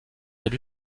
élue